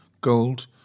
gold